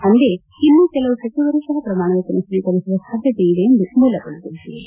ಅಂದೇ ಇನ್ನೂ ಕೆಲವು ಸಚಿವರ ಸಪ ಪ್ರಮಾಣವಚನ ಸ್ತೀಕರಿಸುವ ಸಾಧ್ಯತೆ ಇದೆ ಎಮದು ಮೂಲಗಳು ತಿಳಿಸಿವೆ